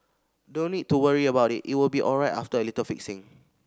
don't need to worry about it it will be alright after a little fixing